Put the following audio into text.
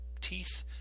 teeth